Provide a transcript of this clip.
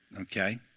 Okay